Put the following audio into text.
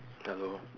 hello